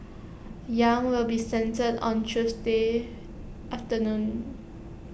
yang will be sentenced on Tuesday afternoon